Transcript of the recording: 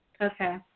okay